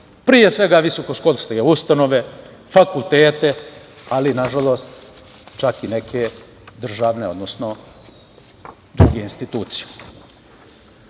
pre svega visokoškolske ustanove, fakultete, ali na žalost čak i neke državne, odnosno druge institucije. Stoga,